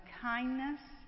kindness